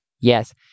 yes